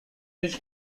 bridge